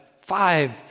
five